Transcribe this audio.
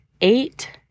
eight